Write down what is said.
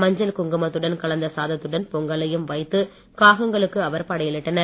மஞ்சள் குங்குமத்துடன் கலந்தசாதத்துடன் பொங்கலையும் வைத்து காகங்களுக்கு அவர்கள் படையலிட்டனர்